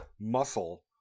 muscle